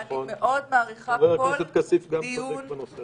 אני רק מתנצל כיו"ר ועדת החוץ והביטחון